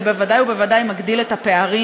זה בוודאי ובוודאי מגדיל את הפערים